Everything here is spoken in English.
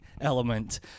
element